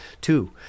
two